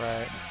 Right